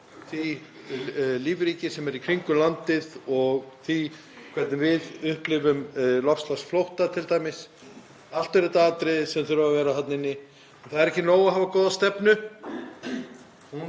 því lífríki sem er í kringum landið og t.d. því hvernig við upplifum loftslagsflótta, allt eru þetta atriði sem þurfa að vera þarna inni. En það er ekki nóg að hafa góða stefnu,